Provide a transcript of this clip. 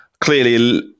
clearly